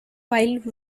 while